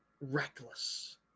reckless